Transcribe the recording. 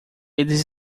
eles